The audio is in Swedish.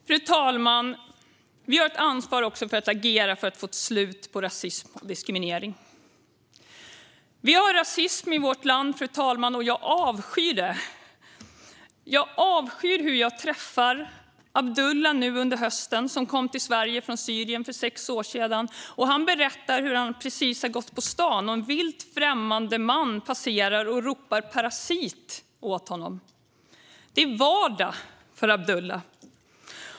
Fru talman! Vi har också ett ansvar att agera för att få ett slut på rasism och diskriminering. Vi har rasism i vårt land, fru talman, och jag avskyr det. Jag avskyr hur jag träffar Abdulla nu under hösten - han kom till Sverige från Syrien för sex år sedan - och han berättar hur han precis har gått på stan och en vilt främmande förbipasserande man ropat "parasit" åt honom. Det är vardag för Abdulla.